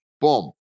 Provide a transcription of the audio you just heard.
Boom